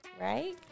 Right